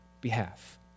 behalf